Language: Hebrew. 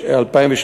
למעשה,